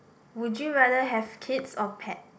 would you rather have kids or pet